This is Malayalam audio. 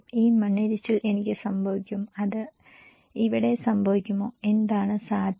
ഈ മണ്ണിടിച്ചിൽ എനിക്ക് സംഭവിക്കും അത് ഇവിടെ സംഭവിക്കുമോ എന്താണ് സാധ്യത